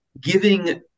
giving